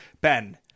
Ben